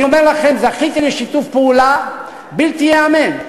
אני אומר לכם, זכיתי לשיתוף פעולה בלתי ייאמן.